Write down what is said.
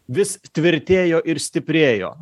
vis tvirtėjo ir stiprėjo